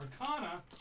Arcana